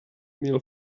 meal